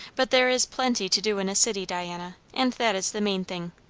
but there is plenty to do in a city, diana and that is the main thing.